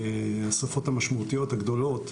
השריפות המשמעותיות, הגדולות,